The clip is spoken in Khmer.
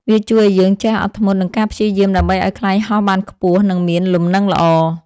វាជួយឱ្យយើងចេះអត់ធ្មត់ និងការព្យាយាមដើម្បីឱ្យខ្លែងហោះបានខ្ពស់ និងមានលំនឹងល្អ។